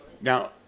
Now